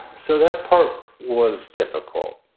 so that part was difficult.